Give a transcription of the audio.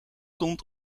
komt